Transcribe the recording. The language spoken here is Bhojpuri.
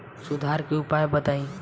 सुधार के उपाय बताई?